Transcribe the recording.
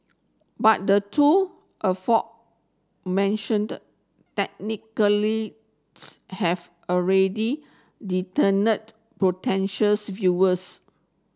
but the two aforementioned technically have already potentials viewers